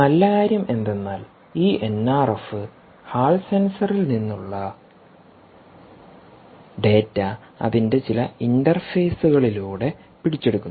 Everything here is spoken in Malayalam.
നല്ല കാര്യം എന്തെന്നാൽ ഈ എൻആർഎഫ് ഹാൾ സെൻസറിൽ നിന്നുള്ള ഡാറ്റ അതിന്റെ ചില ഇന്റർഫേസുകളിലൂടെ പിടിച്ചെടുക്കുന്നു